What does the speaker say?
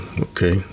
okay